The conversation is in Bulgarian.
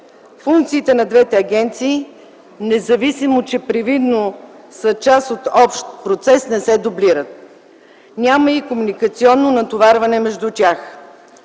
Функциите на двете агенции, независимо че привидно са част от общ процес, не се дублират. Няма и комуникационно натоварване между тях.